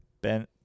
ben